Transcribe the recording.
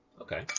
Okay